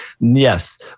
Yes